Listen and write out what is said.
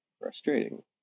Frustrating